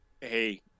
hey